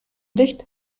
licht